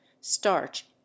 starch